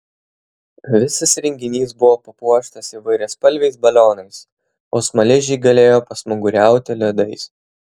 visas renginys buvo papuoštas įvairiaspalviais balionais o smaližiai galėjo pasmaguriauti ledais